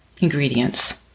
ingredients